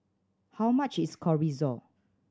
how much is Chorizo